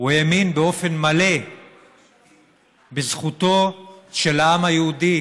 הוא האמין באופן מלא בזכותו של העם היהודי